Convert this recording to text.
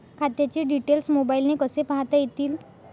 खात्याचे डिटेल्स मोबाईलने कसे पाहता येतील?